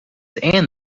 and